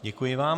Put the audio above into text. Děkuji vám.